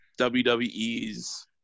WWE's